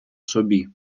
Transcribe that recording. собі